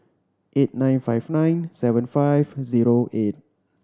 eight nine five nine seven five zero eight